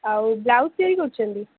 ଆଉ ବ୍ଲାଉଜ୍ ତିଆରି କରୁଛନ୍ତି